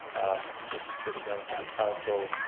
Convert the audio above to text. just for the benefit of council,